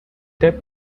tip